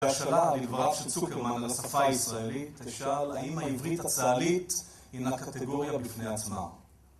בשאלה לדבריו של צוקרמן על השפה הישראלית, תשאל האם העברית הצהלית הינה קטגוריה בפני עצמה.